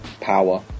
Power